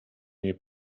mnie